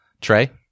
Trey